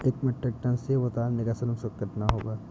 एक metric ton सेव उतारने का श्रम शुल्क कितना होगा?